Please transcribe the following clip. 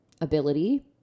Ability